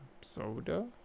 Soda